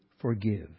forgive